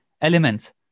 elements